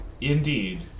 indeed